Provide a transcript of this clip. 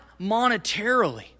monetarily